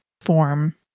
form